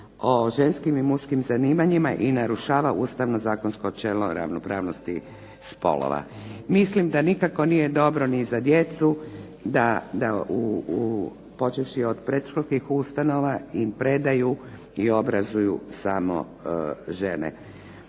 i ženskim zapošljavanjima i narušava osnovno ustavno načelo o ravnopravnosti spolova. Mislim da nikako nije dobro ni za djecu da počevši od predškolskih ustanova i predaju i obrazuju samo žene.